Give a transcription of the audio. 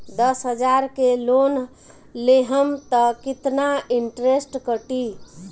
दस हजार के लोन लेहम त कितना इनट्रेस कटी?